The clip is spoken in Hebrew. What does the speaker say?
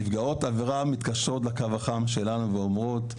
נפגעות עבירה מתקשרות לקו החם שלנו ואומרות,